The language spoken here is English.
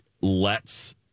lets